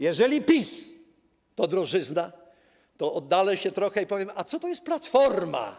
Jeżeli PiS to drożyzna, to oddalę się trochę i powiem: a co to jest Platforma?